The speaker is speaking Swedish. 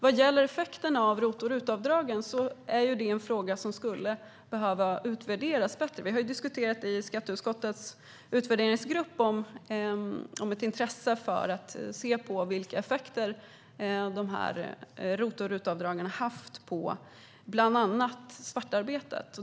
Vad gäller effekterna av ROT och RUT-avdragen skulle den frågan behöva utvärderas bättre. Vi har ju diskuterat i skatteutskottets utvärderingsgrupp om ett intresse för att se på vilka effekter ROT och RUT-avdragen har haft på bland annat svartarbetet.